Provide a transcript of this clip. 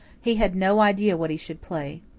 he had no idea what he should play.